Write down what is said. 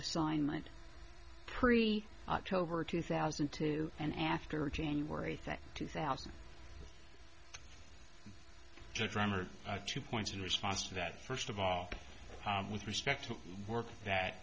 assignment pre october two thousand and two and after january eighth two thousand drummer two points in response to that first of all with respect to work that